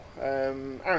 aaron